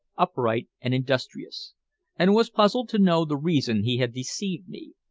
upright, and industrious and was puzzled to know the reason he had deceived me,